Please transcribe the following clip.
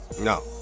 No